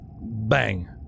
Bang